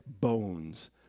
bones